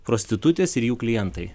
prostitutės ir jų klientai